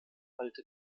alte